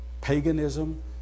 paganism